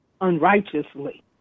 unrighteously